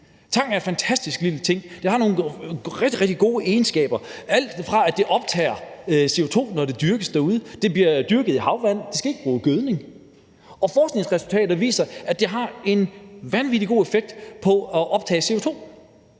Tang er en fantastisk lille ting, der har nogle rigtig, rigtig gode egenskaber: Det optager CO2, når det dyrkes derude. Det bliver dyrket i havvand, og det skal ikke bruge gødning. Og forskningsresultater viser, at det har en vanvittig god effekt med hensyn til at optage CO2.